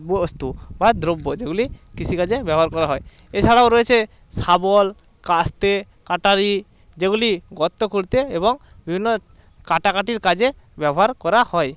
বস্তু বা দ্রব্য যেগুলি কৃষিকাজে ব্যবহার করা হয় এছাড়াও রয়েছে শাবল কাস্তে কাটারি যেগুলি গর্ত খুঁড়তে এবং বিভিন্ন কাটাকাটির কাজে ব্যবহার করা হয়